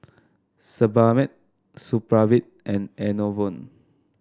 Sebamed Supravit and Enervon